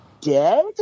dead